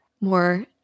more